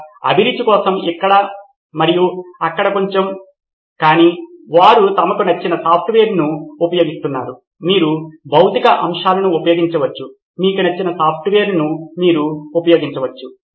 ఒక అభిరుచి కోసం ఇక్కడ మరియు అక్కడ కొంచెం కానీ వారు తమకు నచ్చిన సాఫ్ట్వేర్ను ఉపయోగిస్తారు మీరు భౌతిక అంశాలను ఉపయోగించవచ్చు మీకు నచ్చిన సాఫ్ట్వేర్ను మీరు ఉపయోగించవచ్చు